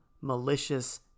malicious